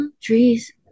trees